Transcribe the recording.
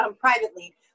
privately